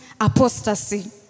apostasy